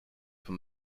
from